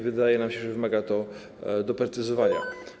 Wydaje nam się, że wymaga to doprecyzowania.